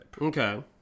Okay